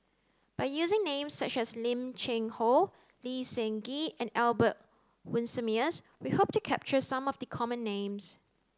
by using names such as Lim Cheng Hoe Lee Seng Gee and Albert Winsemius we hope to capture some of the common names